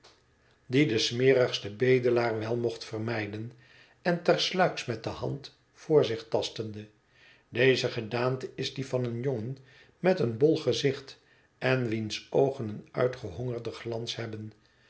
die de smerigste bedelaar wel mocht vermijden en tersluiks met de hand voor zich tastende deze gedaante is die van een jongen met een bol gezicht en wiens oogen een uitgehongerden glans hebben